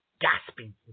gasping